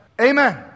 Amen